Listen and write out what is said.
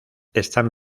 están